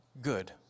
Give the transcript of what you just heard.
good